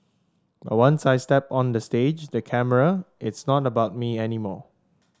but once I step on the stage the camera it's not about me anymore